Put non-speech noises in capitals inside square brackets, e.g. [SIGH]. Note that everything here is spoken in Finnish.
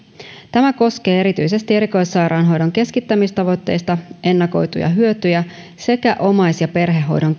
tämä koskee erityisesti erikoissairaanhoidon keskittämistavoitteista ennakoituja hyötyjä sekä omais ja perhehoidon [UNINTELLIGIBLE]